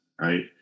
right